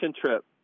trip